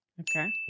Okay